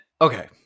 Okay